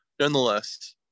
nonetheless